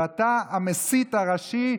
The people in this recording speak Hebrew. ואתה המסית הראשי,